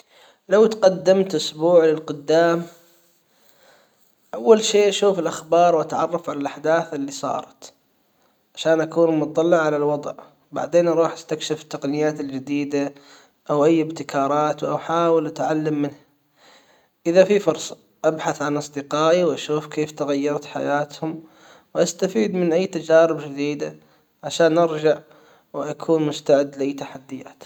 لو تقدمت اسبوع للقدام أول شيء اشوف الأخبار وأتعرف على الاحداث اللي صارت عشان أكون مضطلع على الوضع بعدين أروح أستكشف التقنيات الجديدة او اي ابتكارات وأحاول أتعلم منها اذا في فرصة ابحث عن أصدقائي وأشوف كيف تغيرت حياتهم وأستفيد من اي تجارب جديدة عشان أرجع وأكون مستعد لاي تحديات.